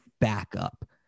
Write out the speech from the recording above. backup